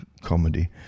comedy